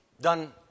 done